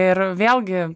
ir vėlgi